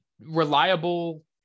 reliable